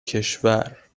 کشور